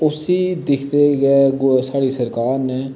उस्सी दिक्खदे गै गो साढ़ी सरकार नै